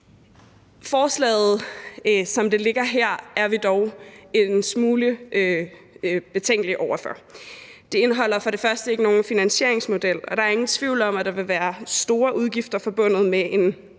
Forslaget, som det ligger her, er vi dog en smule betænkelige ved. Det indeholder for det første ikke nogen finansieringsmodel, og der er ingen tvivl om, at der vil være store udgifter forbundet med en